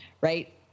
right